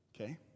Okay